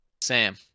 Sam